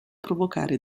provocare